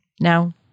Now